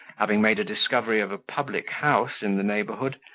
having made a discovery of a public-house in the neighbourhood,